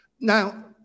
Now